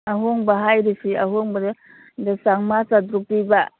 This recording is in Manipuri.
ꯑꯍꯣꯡꯕ ꯍꯥꯏꯔꯤꯁꯤ ꯑꯍꯣꯡꯕꯗ ꯆꯥꯝꯉꯥ ꯆꯥꯇ꯭ꯔꯨꯛ ꯄꯤꯕ